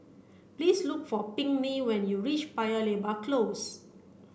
please look for Pinkney when you reach Paya Lebar Close